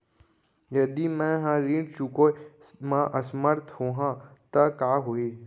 यदि मैं ह ऋण चुकोय म असमर्थ होहा त का होही?